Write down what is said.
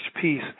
peace